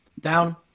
Down